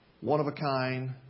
one-of-a-kind